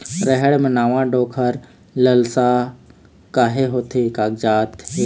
रहेड़ म नावा डोंक हर लसलसा काहे होथे कागजात हे?